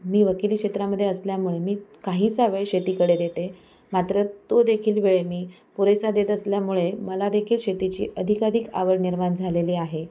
मी वकिली क्षेत्रामध्ये असल्यामुळे मी काहीसा वेळ शेतीकडे देते मात्र तो देखील वेळ मी पुरेसा देत असल्यामुळे मला देखील शेतीची अधिकाधिक आवड निर्माण झालेली आहे